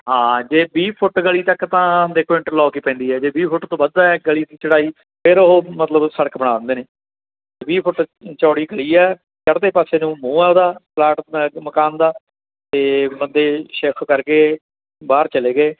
ਹਾਂ ਜੇ ਵੀਹ ਫੁੱਟ ਗਲੀ ਤੱਕ ਤਾਂ ਦੇਖੋ ਇੰਟਰਲੋਕ ਹੀ ਪੈਂਦੀ ਹੈ ਜੇ ਵੀਹ ਫੁੱਟ ਤੋਂ ਵੱਧ ਗਲੀ ਦੀ ਚੌੜਾਈ ਫਿਰ ਉਹ ਮਤਲਬ ਸੜਕ ਬਣਾ ਦਿੰਦੇ ਨੇ ਵੀਹ ਫੁੱਟ ਚੌੜੀ ਗਈ ਹੈ ਚੜਦੇ ਪਾਸੇ ਨੂੰ ਮੂੰਹ ਆ ਉਹਦਾ ਪਲਾਟ ਮਕਾਨ ਦਾ ਅਤੇ ਬੰਦੇ ਸ਼ਿਫਟ ਕਰ ਗਏ ਬਾਹਰ ਚਲੇ ਗਏ